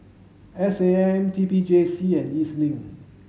S A M T P J C and E Z Link